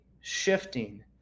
shifting